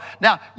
Now